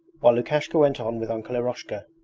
while lukashka went on with uncle eroshka.